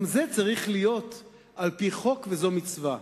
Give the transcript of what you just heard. גם זה צריך להיות על-פי חוק, וזו מצווה.